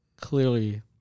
clearly